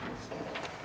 Tak.